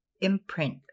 imprint